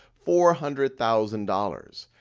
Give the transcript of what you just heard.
four hundred thousand dollars.